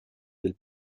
del